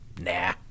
Nah